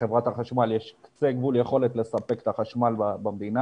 לחברת החשמל יש קצה גבול יכולת לספק את החשמל במדינה,